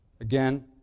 Again